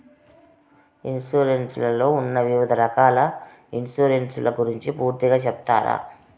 Insurance లో ఉన్న వివిధ రకాల ఇన్సూరెన్సు ల గురించి పూర్తిగా సెప్తారా?